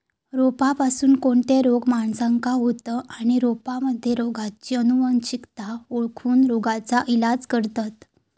रोपांपासून कोणते रोग माणसाका होतं आणि रोपांमध्ये रोगाची अनुवंशिकता ओळखोन रोगाचा इलाज करतत